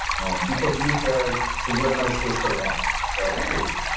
and he picked me to to work on his facebook ads. so hey,